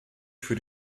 für